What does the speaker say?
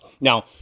Now